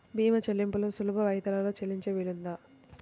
భీమా చెల్లింపులు సులభ వాయిదాలలో చెల్లించే వీలుందా?